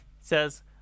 says